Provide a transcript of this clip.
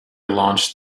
launched